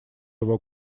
его